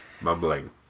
mumbling